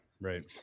right